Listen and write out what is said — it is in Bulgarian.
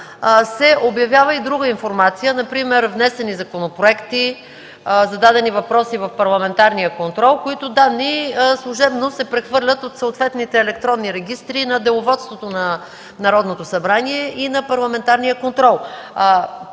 се обявява и друга информация – внесени законопроекти, зададени въпроси в парламентарния контрол, които данни служебно се прехвърлят от съответните електронни регистри на Деловодството на Народното събрание и на парламентарния контрол.